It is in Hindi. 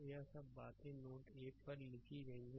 तो यह सब बातें नोड 1 पर लिखी गई हैं